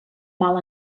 mal